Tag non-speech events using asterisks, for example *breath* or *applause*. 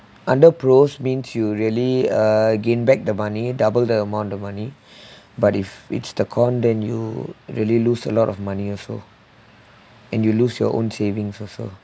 under pros means you really uh gain back the money double the amount of money *breath* but if it's the con than you really lose a lot of money also and you lose your own savings also